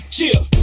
Chill